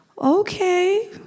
Okay